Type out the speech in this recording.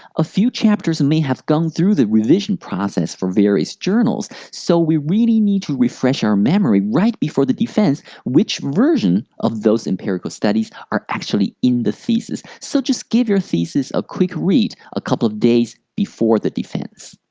a few chapters and may have gone through the revision process for various journals, so we really need to refresh our memory right before the defense which version of those empirical studies are actually in the thesis. so, give your thesis a quick read a couple of days before the defense.